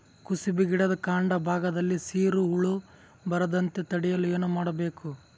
ಕುಸುಬಿ ಗಿಡದ ಕಾಂಡ ಭಾಗದಲ್ಲಿ ಸೀರು ಹುಳು ಬರದಂತೆ ತಡೆಯಲು ಏನ್ ಮಾಡಬೇಕು?